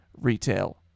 Retail